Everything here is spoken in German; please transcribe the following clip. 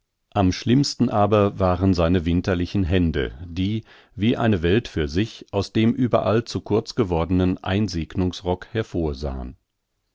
am schlimmsten aber waren seine winterlichen hände die wie eine welt für sich aus dem überall zu kurz gewordenen einsegnungsrock hervorsahen